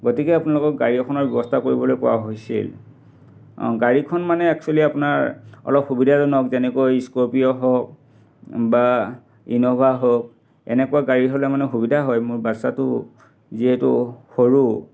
গতিকে আপোনালোকক গাড়ী এখনৰ ব্যৱস্থা কৰিবলৈ কোৱা হৈছিল অঁ গাড়ীখন মানে এক্সুৱেলী আপোনাৰ অলপ সুবিধাজনক যেনেকৈ স্কৰপিঅ' হওক বা ইন'ভা হওক এনেকুৱা গাড়ী হ'লে মানে সুবিধা হয় মোৰ বাচ্ছাটো যিহেতু সৰু